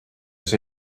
see